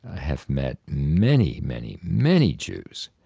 have met many, many, many jews,